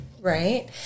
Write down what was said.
right